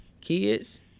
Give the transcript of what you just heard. kids